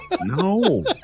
No